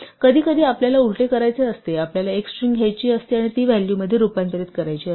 कधीकधी आपल्याला उलटे करायचे असते आपल्याला एक स्ट्रिंग घ्यायची असते आणि ती व्हॅल्यूमध्ये रूपांतरित करायची असते